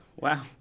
Wow